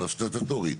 אבל סטטוטורית,